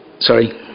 Sorry